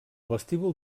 vestíbul